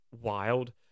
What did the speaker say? wild